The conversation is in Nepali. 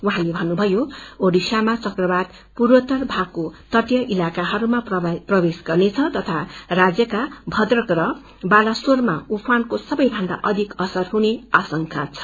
उहाँले भन्नुम्यो ओड़िसामा चक्रवात पूर्वोतर भागको तटीय इलाकाहरूमा आउनेछ तथा राज्यका भद्रक र बालासोरामा जुानको सबैभन्दाअधि असर हुने आशंका छ